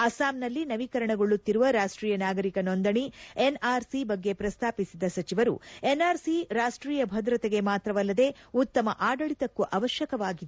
ಅಸ್ಲಾಂನಲ್ಲಿ ನವೀಕರಣಗೊಳ್ಳುತ್ತಿರುವ ರಾಷ್ಟೀಯ ನಾಗರಿಕ ನೊಂದಣೆ ಎನ್ಆರ್ಸಿ ಬಗ್ಗೆ ಪ್ರಸ್ತಾಪಿಸಿದ ಸಚಿವರು ಎನ್ಆರ್ಸಿ ರಾಷ್ಷೀಯ ಭದ್ರತೆಗೆ ಮಾತ್ರವಲ್ಲದೆ ಉತ್ತಮ ಆಡಳಿತಕ್ಕೂ ಅವಶ್ವಕವಾಗಿದೆ ಎಂದರು